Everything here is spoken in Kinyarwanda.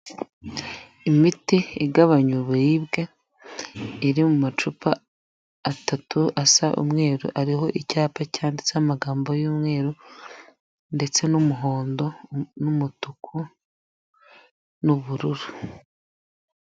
Imiti igabanya uburibwe, iri mu macupa atatu asa umweru ariho icyapa cyanditse amagambo y'umweru ndetse n'umuhondo n'umutuku n'ubururu.